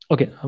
Okay